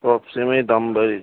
সব সিমেই দাম বেড়েছে